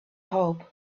hope